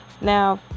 Now